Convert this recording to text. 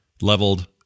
leveled